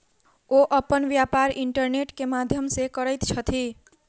ओ अपन व्यापार इंटरनेट के माध्यम से करैत छथि